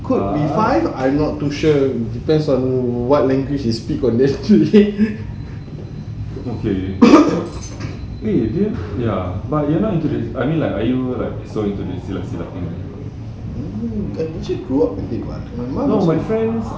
could be five I'm not too sure depends on what language they speak on that day I mean I actually grew up with it what my mum